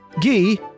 ghee